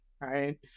Right